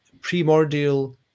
primordial